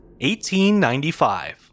1895